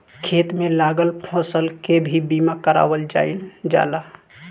खेत में लागल फसल के भी बीमा कारावल जाईल जाला